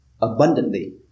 abundantly